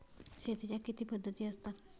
शेतीच्या किती पद्धती असतात?